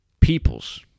peoples